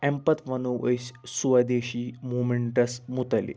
اَمہِ پَتہٕ ونو أسۍ سوادیشی موٗمیٚنٹَس متعلق